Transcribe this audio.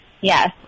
Yes